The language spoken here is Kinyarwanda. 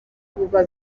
buba